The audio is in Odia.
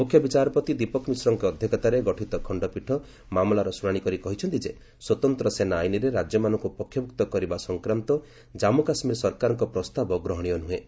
ମୁଖ୍ୟ ବିଚାରପତି ଦୀପକ ମିଶ୍ରଙ୍କ ଅଧ୍ୟକ୍ଷତାରେ ଗଠିତ ଖଣ୍ଡପୀଠ ମାମଲାର ଶୁଣାଣି କରି କହିଛନ୍ତି ଯେ ସ୍ୱତନ୍ତ୍ର ସେନା ଆଇନରେ ରାଜ୍ୟମାନଙ୍କୁ ପକ୍ଷଭୁକ୍ତ କରିବା ସଂକ୍ରାନ୍ତ ଜାନ୍ଧୁକାଶ୍ୱୀର ସରକାରଙ୍କ ପ୍ରସ୍ତାବ ଗ୍ରହଣୀୟ ନୁହେଁ